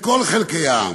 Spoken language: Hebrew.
לכל חלקי העם,